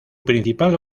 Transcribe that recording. principal